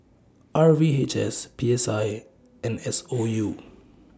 R V H S P S I and S O U